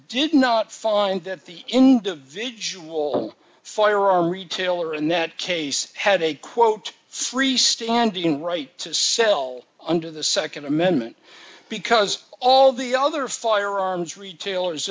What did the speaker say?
did not find that the individual firearm retailer in that case had a quote free standing right to sell under the nd amendment because all the other firearms retailers